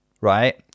right